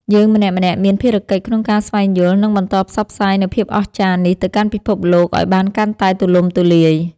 យើងម្នាក់ៗមានភារកិច្ចក្នុងការស្វែងយល់ និង បន្តផ្សព្វផ្សាយនូវភាពអស្ចារ្យនេះទៅកាន់ពិភពលោកឱ្យបានកាន់តែទូលំទូលាយ។